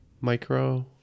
Micro